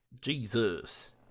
Jesus